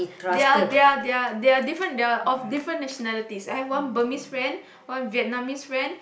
they're they're they're they're different they're of different nationalities I have one Bermise friend one Vietnamese friend